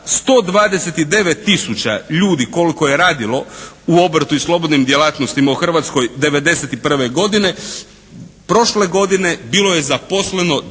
129 tisuća ljudi koliko je radilo u obrtu i slobodnim djelatnostima u Hrvatskoj 1991. godine prošle godine bilo je zaposleno 258 tisuća